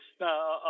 no